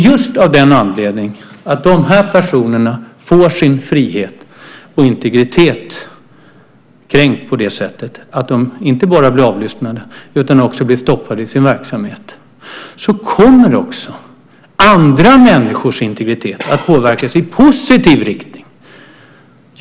Just av den anledningen att de här personerna får sin frihet och integritet kränkt, på det sättet att de inte bara blir avlyssnade utan också blir stoppade i sin verksamhet, kommer andra människors integritet att påverkas i positiv riktning.